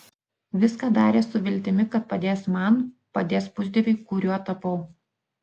viską darė su viltimi kad padės man padės pusdieviui kuriuo tapau